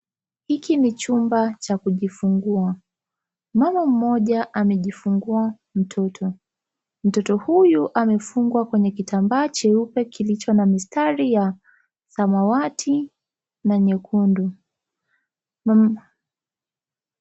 Hiki ni chumba cha kujifungua. Mama mmoja amejifungua mtoto. Mtoto huyu amefungwa kwenye kitambaa cheupe kilicho na mistari ya samawati na nyekundu.